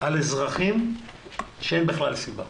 על אזרחים כשאין בכלל סיבה.